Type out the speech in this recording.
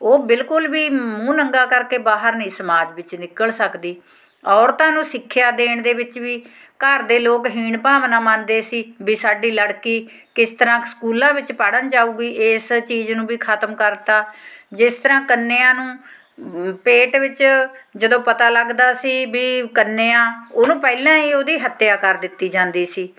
ਉਹ ਬਿਲਕੁਲ ਵੀ ਮੂੰਹ ਨੰਗਾ ਕਰਕੇ ਬਾਹਰ ਨਹੀਂ ਸਮਾਜ ਵਿੱਚ ਨਿਕਲ ਸਕਦੀ ਔਰਤਾਂ ਨੂੰ ਸਿੱਖਿਆ ਦੇਣ ਦੇ ਵਿੱਚ ਵੀ ਘਰ ਦੇ ਲੋਕ ਹੀਣ ਭਾਵਨਾ ਮੰਨਦੇ ਸੀ ਵੀ ਸਾਡੀ ਲੜਕੀ ਕਿਸ ਤਰ੍ਹਾਂ ਸਕੂਲਾਂ ਵਿੱਚ ਪੜ੍ਹਨ ਜਾਵੇਗੀ ਇਸ ਚੀਜ਼ ਨੂੰ ਵੀ ਖਤਮ ਕਰਤਾ ਜਿਸ ਤਰ੍ਹਾਂ ਕੰਨਿਆਂ ਨੂੰ ਪੇਟ ਵਿੱਚ ਜਦੋਂ ਪਤਾ ਲੱਗਦਾ ਸੀ ਵੀ ਕੰਨਿਆਂ ਉਹਨੂੰ ਪਹਿਲਾਂ ਹੀ ਉਹਦੀ ਹੱਤਿਆ ਕਰ ਦਿੱਤੀ ਜਾਂਦੀ ਸੀ